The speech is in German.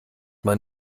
man